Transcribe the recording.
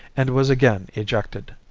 and was again ejected.